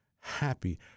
happy